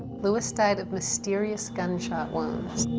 lewis died of mysterious gunshot wounds.